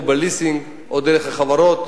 או בליסינג או דרך החברות,